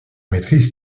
maîtrise